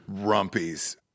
Rumpies